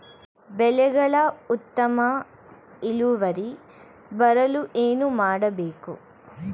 ಬೆಳೆಗಳ ಉತ್ತಮ ಇಳುವರಿ ಬರಲು ಏನು ಮಾಡಬೇಕು?